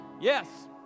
Yes